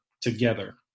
together